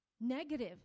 Negative